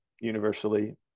Universally